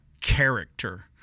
character